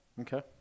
Okay